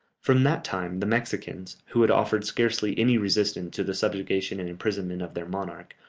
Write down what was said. from that time the mexicans, who had offered scarcely any resistance to the subjugation and imprisonment of their monarch,